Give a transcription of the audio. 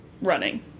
running